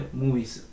movies